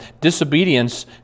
disobedience